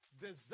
desire